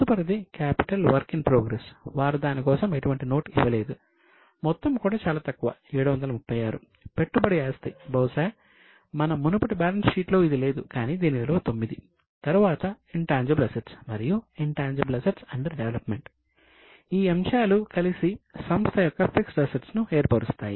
తదుపరిది capital work in progress ను ఏర్పరుస్తాయి